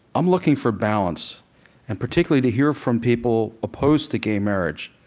i'm looking for balance and particularly to hear from people opposed to gay marriage.